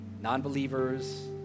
non-believers